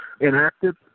enacted